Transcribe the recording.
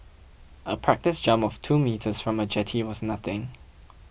a practice jump of two metres from a jetty was nothing